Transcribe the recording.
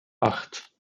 acht